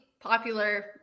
popular